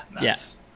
yes